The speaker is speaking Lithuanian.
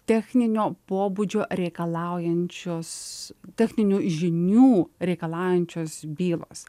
techninio pobūdžio reikalaujančios techninių žinių reikalaujančios bylos